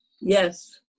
Yes